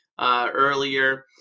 earlier